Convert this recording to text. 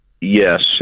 Yes